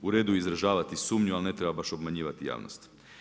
Uredu je izražavati sumnju ali ne treba baš obmanjivati javnost.